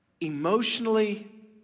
emotionally